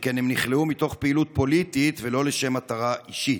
שכן הם נכלאו מתוך פעילות פוליטית ולא לשם מטרה אישית.